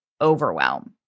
overwhelm